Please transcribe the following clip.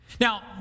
Now